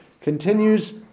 continues